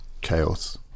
chaos